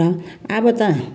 र अब त